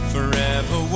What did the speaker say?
Forever